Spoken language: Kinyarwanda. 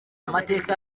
amateka